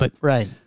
Right